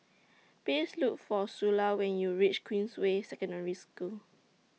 Please Look For Sula when YOU REACH Queensway Secondary School